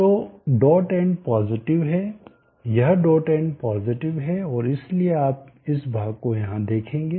तो dot and positive है यह डॉट एंड पॉजिटिव है और इसलिए आप इस भाग को यहां देखेंगे